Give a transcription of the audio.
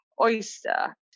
oyster